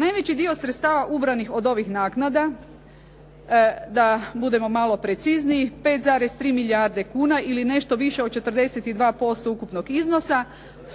Najveći dio sredstava ubranih od ovih naknada, da budemo malo precizniji 5,3 milijarde kuna ili nešto više od 42% ukupnog iznosa